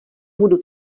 budu